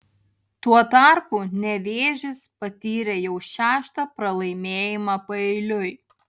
tuo tarpu nevėžis patyrė jau šeštą pralaimėjimą paeiliui